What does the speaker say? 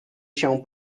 się